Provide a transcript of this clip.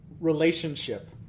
relationship